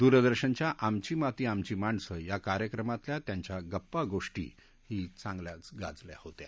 दूरदर्शनच्या आमची माती आमची माणसं या कार्यक्रमातल्या त्यांच्या गप्पा गोषी ही चांगल्याच गाजल्या होत्या